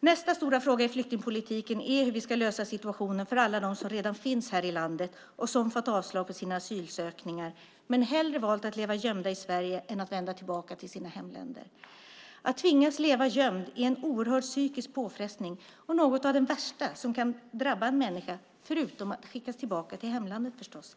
Nästa stora fråga i flyktingpolitiken är hur vi ska lösa situationen för alla dem som redan finns här i landet och som fått avslag på sina asylansökningar men hellre valt att leva gömda i Sverige än att vända tillbaka till sina hemländer. Att tvingas leva gömd är en oerhörd psykisk påfrestning och något av det värsta som kan drabba en människa, förutom att skickas tillbaka till hemlandet förstås.